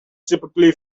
typically